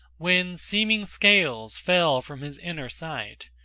when seeming scales fell from his inner sight,